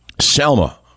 Selma